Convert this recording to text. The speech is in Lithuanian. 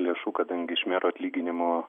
lėšų kadangi iš mero atlyginimo